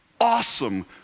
awesome